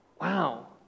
wow